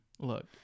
Look